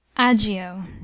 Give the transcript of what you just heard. Agio